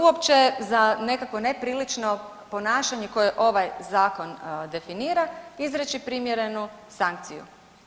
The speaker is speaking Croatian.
uopće za nekakvo neprilično ponašanje koje ovaj zakon definira izreći primjerenu sankciju.